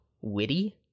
witty